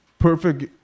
Perfect